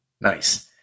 Nice